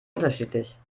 unterschiedlich